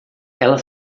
ela